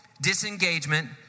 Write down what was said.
disengagement